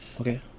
Okay